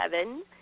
seven